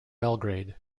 belgrade